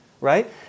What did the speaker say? right